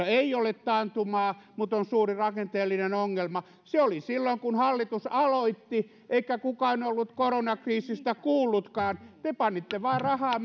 ei ole taantumaa mutta on suuri rakenteellinen ongelma se oli silloin kun hallitus aloitti eikä kukaan ollut koronakriisistä kuullutkaan te panitte vain rahaa